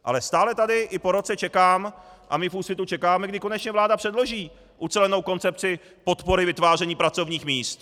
Ale stále tady i po roce čekám a my v Úsvitu čekáme, kdy konečně vláda předloží ucelenou koncepci podpory vytváření pracovních míst.